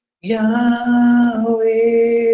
Yahweh